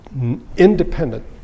independent